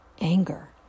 anger